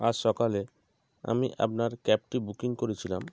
আজ সকালে আমি আপনার ক্যাবটি বুকিং করেছিলাম